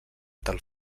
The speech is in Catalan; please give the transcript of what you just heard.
tal